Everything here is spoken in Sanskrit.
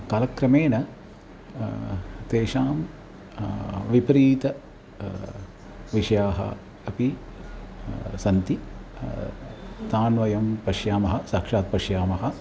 कालक्रमेण तेषां विपरीताः विषयाः अपि सन्ति तान् वयं पश्यामः साक्षात् पश्यामः